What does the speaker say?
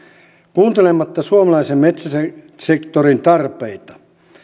kuuntelematta suomalaisen metsäsektorin tarpeita